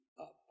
up